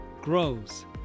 Grows